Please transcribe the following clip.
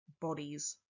bodies